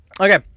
Okay